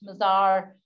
Mazar